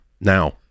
Now